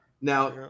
now